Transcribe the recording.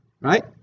Right